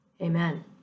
Amen